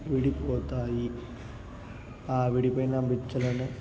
విడిపోతాయి ఆ విడిపోయిన బెచ్చలను